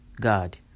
god